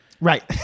Right